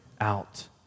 out